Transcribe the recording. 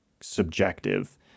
subjective